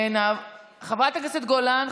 חברת הכנסת גולן,